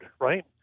right